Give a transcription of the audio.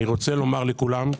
אני רוצה לומר לכולם,